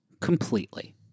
completely